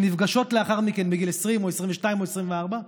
שנפגשות לאחר מכן בגיל 20 או 22 או 24,